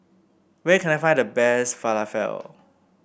where can I find the best Falafel